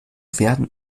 werden